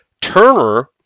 Turner